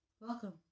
welcome